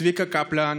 צביקה קפלן,